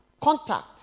contact